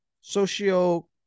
socio